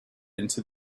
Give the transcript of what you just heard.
into